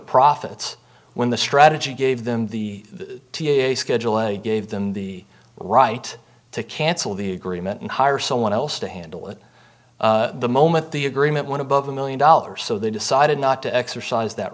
profits when the strategy gave them the schedule and gave them the right to cancel the agreement and hire someone else to handle it the moment the agreement one above a million dollars so they decided not to exercise that